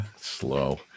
Slow